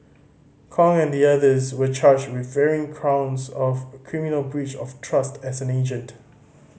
Kong and the others were charged with varying counts of criminal breach of trust as an agent